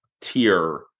tier